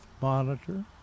monitor